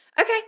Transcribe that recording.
Okay